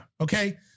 okay